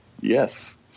Yes